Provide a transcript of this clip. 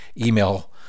email